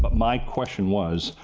but my question was,